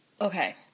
okay